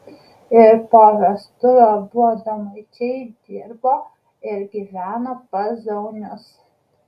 ir po vestuvių abu adomaičiai dirbo ir gyveno pas zaunius